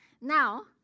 Now